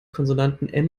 konsonanten